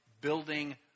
building